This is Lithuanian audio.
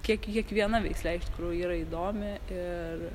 kiek kiekviena veislė iš tikrųjų yra įdomi ir